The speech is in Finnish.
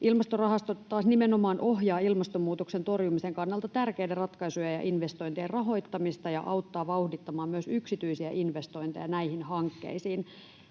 Ilmastorahasto taas nimenomaan ohjaa ilmastonmuutoksen torjumisen kannalta tärkeiden ratkaisujen ja investointien rahoittamista ja auttaa vauhdittamaan myös yksityisiä investointeja näihin hankkeisiin.